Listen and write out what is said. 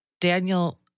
Daniel